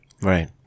Right